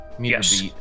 Yes